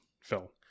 fill